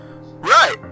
Right